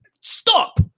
stop